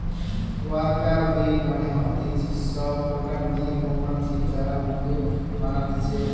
worker bee মানে হতিছে সব কটা মেয়ে মৌমাছি যারা মধু বানাতিছে